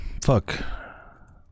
fuck